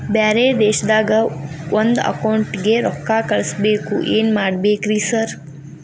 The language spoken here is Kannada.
ಬ್ಯಾರೆ ದೇಶದಾಗ ಒಂದ್ ಅಕೌಂಟ್ ಗೆ ರೊಕ್ಕಾ ಕಳ್ಸ್ ಬೇಕು ಏನ್ ಮಾಡ್ಬೇಕ್ರಿ ಸರ್?